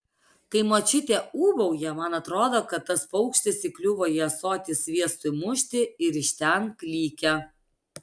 kai močiutė ūbauja man atrodo kad tas paukštis įkliuvo į ąsotį sviestui mušti ir iš ten klykia